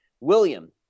William